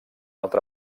altra